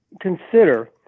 consider